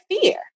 fear